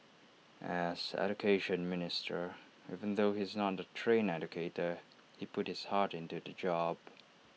as Education Minister even though he is not A trained educator he put his heart into the job